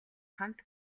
хамт